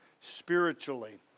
spiritually